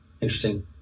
interesting